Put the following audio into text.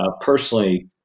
personally